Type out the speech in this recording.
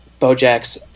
Bojack's